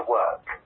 work